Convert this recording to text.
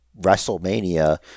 Wrestlemania